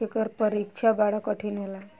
एकर परीक्षा बड़ा कठिन होला